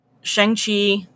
Shang-Chi